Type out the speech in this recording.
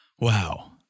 Wow